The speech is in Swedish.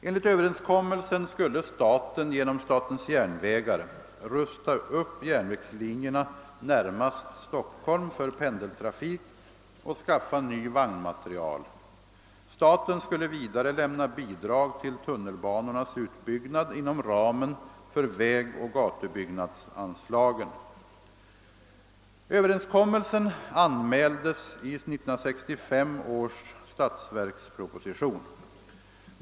Enligt överenskommelsen skulle staten genom SJ rusta upp järnvägslinjerna närmast Stockholm för pendeltrafik och skaffa ny vagnmateriel. Staten skulle vidare lämna bidrag till tunnelbanornas utbyggnad inom ramen för vägoch gatubyggnadsanslagen. Överenskommelsen anmäldes i 1965 års statsverksproposition.